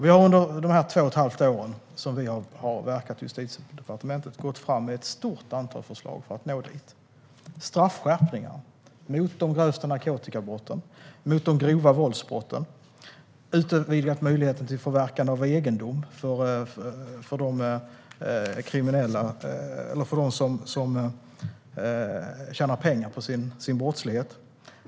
Vi har under de två och ett halvt år som vi har verkat i Justitiedepartementet gått fram med ett stort antal förslag för att nå dit: straffskärpningar mot de grövsta narkotikabrotten och de grova våldsbrotten och utvidgade möjligheter till förverkande av egendom för dem som tjänar pengar på brottslighet.